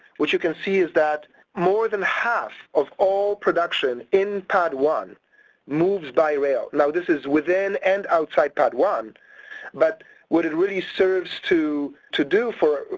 what you can see is that more than half of all production in padd one moves by rail now this is within and outside padd one but what it really serves to, to do for,